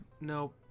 Nope